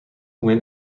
win